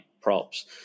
props